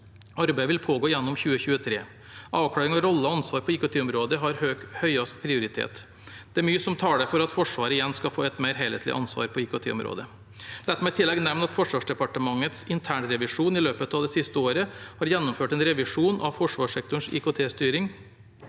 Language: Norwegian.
Arbeidet vil pågå gjennom 2023. Avklaring av roller og ansvar på IKT-området har høyest prioritet. Det er mye som taler for at Forsvaret igjen skal få et mer helhetlig ansvar på IKT-området. La meg i tillegg nevne at Forsvarsdepartementets internrevisjon i løpet av det siste året har gjennomført en revisjon av forsvarssektorens IKT-styring.